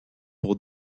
pour